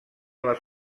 les